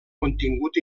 contingut